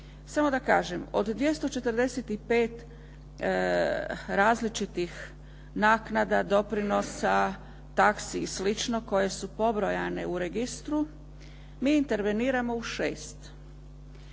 Samo da kažem, od 245 različitih naknada, doprinosa, taksi i slično koje su pobrojane u registru, mi interveniramo u šest.